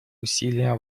усилия